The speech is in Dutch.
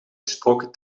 gesproken